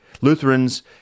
Lutherans